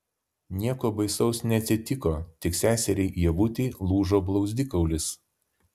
nieko baisaus neatsitiko tik seseriai ievutei lūžo blauzdikaulis